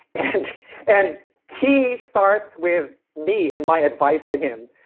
and and he starts with me and my advice to him.